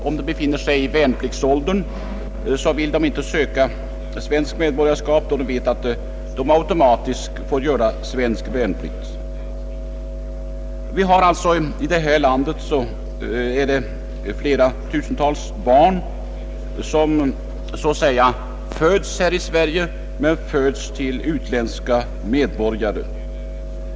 Om de befinner sig i värnpliktsåldern, vill de inte bli svenska medborgare, då de vet att de i så fall automatiskt får göra svensk värnplikt. Vi har i vårt land flera tusentals barn som fötts här i Sverige, men fötts till utländska medborgare.